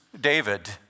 David